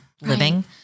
living